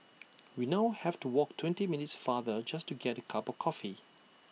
we now have to walk twenty minutes farther just to get A cup coffee